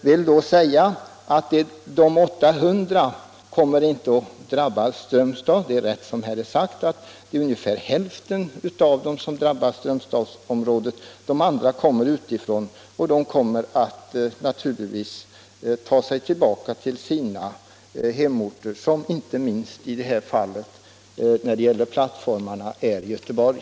Det är riktigt som det har sagts att det inte är en friställning av 800 som kommer att drabba Strömstad — ungefär hälften drabbar Strömstadsområdet. De andra arbetarna har kommit från annat håll och de kommer natuligtvis att ta sig tillbaka till sina hemorter — i det här fallet inte minst Göteborg.